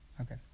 Okay